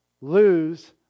lose